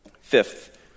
Fifth